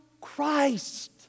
Christ